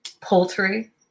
Poultry